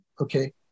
Okay